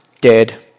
dead